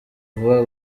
vuba